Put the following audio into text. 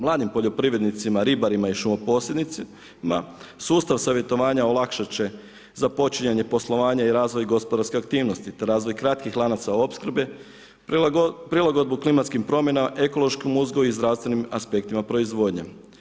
Mladim poljoprivrednicima, ribarima i šumoposjednicima, sustav savjetovanja olakšat će započinjanje poslovanja i razvoj gospodarske aktivnosti te razvoj kratkih lanaca opskrbe, prilagodbu klimatskim promjenama, ekološkom uzgoju i zdravstvenim aspektima proizvodnje.